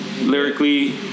lyrically